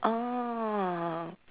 oh